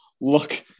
look